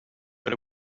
but